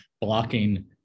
blocking